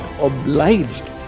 obliged